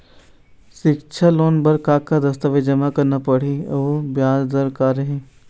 सिक्छा लोन बार का का दस्तावेज जमा करना पढ़ही अउ ब्याज दर का रही?